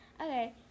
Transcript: Okay